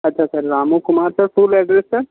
अच्छा sir Ramu Kumar sir full address sir